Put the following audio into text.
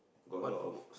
got a lot of